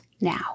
now